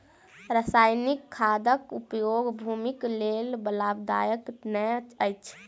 रासायनिक खादक उपयोग भूमिक लेल लाभदायक नै अछि